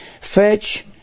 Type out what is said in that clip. fetch